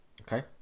okay